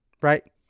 right